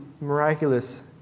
miraculous